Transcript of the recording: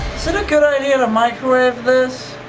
sort of a good idea to microwave this?